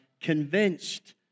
convinced